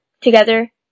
together